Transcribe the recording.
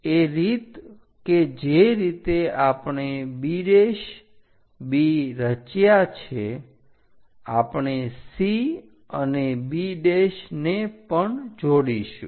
એ રીત કે જે રીતે આપણે B B રચ્યા છે આપણે C અને B ને પણ જોડીશું